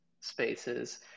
spaces